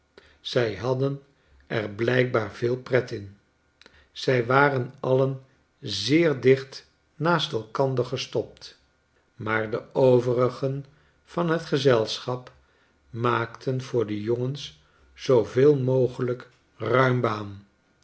zij hadden er blijkbaar veel pret in zij waren alien zeer dicht naast elkander gestopt maar de overigenvan het gezelschap maakten voor de jongens zooveel mogelijk ruim baan